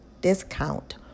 discount